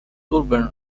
urban